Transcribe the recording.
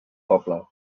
poble